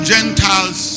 Gentiles